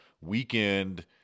weekend